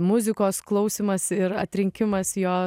muzikos klausymas ir atrinkimas jo